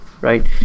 right